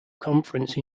conference